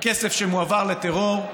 כסף שמועבר לטרור,